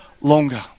longer